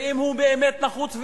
ואם הוא באמת נחוץ,